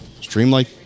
Streamline